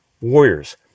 warriors